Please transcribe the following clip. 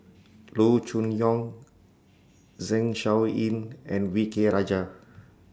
Loo Choon Yong Zeng Shouyin and V K Rajah